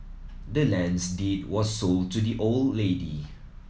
the land's deed was sold to the old lady